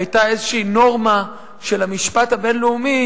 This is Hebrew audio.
היתה איזושהי נורמה של המשפט הבין-לאומי